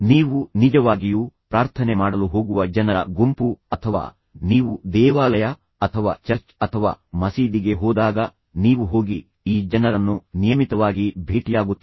ನೀವು ನಿಜವಾಗಿಯೂ ಪ್ರಾರ್ಥನೆ ಮಾಡಲು ಹೋಗುವ ಜನರ ಗುಂಪು ಅಥವಾ ನೀವು ದೇವಾಲಯ ಅಥವಾ ಚರ್ಚ್ ಅಥವಾ ಮಸೀದಿಗೆ ಹೋದಾಗ ನೀವು ಹೋಗಿ ಈ ಜನರನ್ನು ನಿಯಮಿತವಾಗಿ ಭೇಟಿಯಾಗುತ್ತೀರಿ